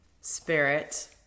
spirit